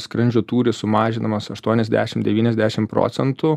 skrandžio tūris sumažinamas aštuoniasdešim devyniasdešim procentų